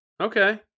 Okay